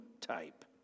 type